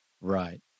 Right